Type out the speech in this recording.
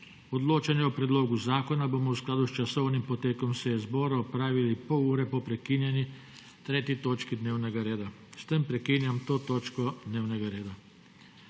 Odločanje o predlogu zakona bomo v skladu s časovnim potekom seje zbora opravili pol ure po prekinjeni tretji točki dnevnega reda. S tem prekinjam to točko dnevnega reda**.**